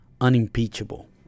unimpeachable